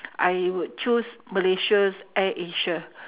I would choose malaysia's air-asia